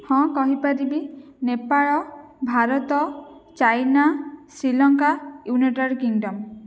ହଁ କହିପାରିବି Nepal Bharat China Sri Lanka United Kingdom